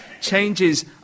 changes